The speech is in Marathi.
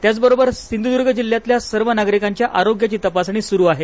त्याच बरोबर सिंधुदुर्ग जिल्ह्यात सर्व नागरिकांच्या आरोग्याची तपासणी सुरू आहे